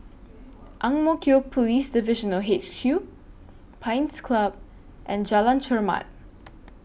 Ang Mo Kio Police Divisional H Q Pines Club and Jalan Chermat